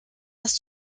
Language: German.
dass